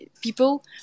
people